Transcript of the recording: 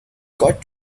got